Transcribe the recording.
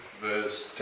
verse